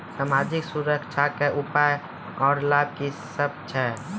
समाजिक सुरक्षा के उपाय आर लाभ की सभ छै?